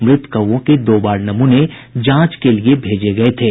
मृत कौंवों के दो बार नमूने जांच के लिए भेजे गये थे